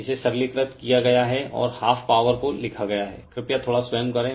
इसे सरलीकृत किया गया है और हाफ पावर को लिखा गया है कृपया थोड़ा स्वयं करें